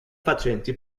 facenti